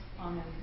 amen